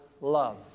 love